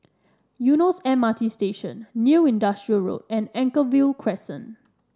Eunos M R T Station New Industrial Road and Anchorvale Crescent